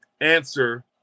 answer